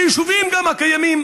גם ביישובים הקיימים,